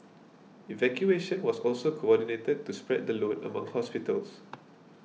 evacuation was also coordinated to spread the load among hospitals